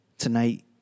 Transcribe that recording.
tonight